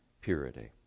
purity